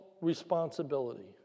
responsibility